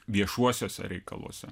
viešuosiuose reikaluose